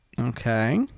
Okay